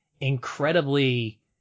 incredibly